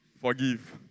Forgive